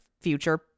future